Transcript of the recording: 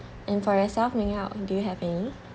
and for yourself ming hao do you have any